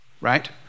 right